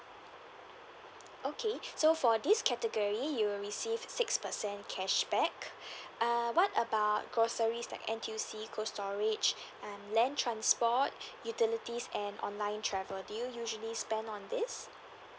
okay so for this category you will receive six percent cashback err what about groceries like N_T_U_C cold storage and land transport utilities and online travel do you usually spend on this